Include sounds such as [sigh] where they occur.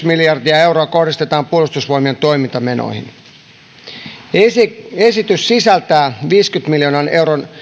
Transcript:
[unintelligible] miljardia euroa kohdistetaan puolustusvoimien toimintamenoihin esitys sisältää viidenkymmenen miljoonan euron